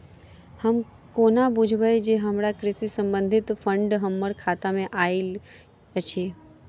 हम कोना बुझबै जे हमरा कृषि संबंधित फंड हम्मर खाता मे आइल अछि?